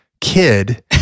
kid